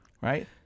right